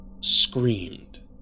screamed